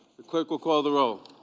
the clerk will call the roll.